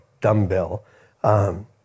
dumbbell